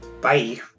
Bye